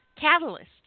catalyst